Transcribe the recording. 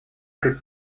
could